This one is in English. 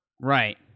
Right